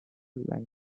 languages